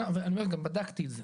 אני אומר לך שגם בדקתי את זה,